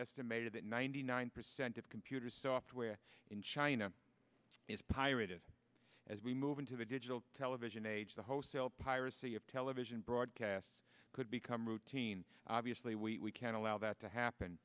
estimated that ninety nine percent of computer software in china is pirated as we move into the digital television age the wholesale piracy of television broadcasts could become routine obviously we can't allow that to happen